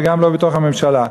וגם לא בתוך הממשלה.